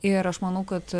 ir aš manau kad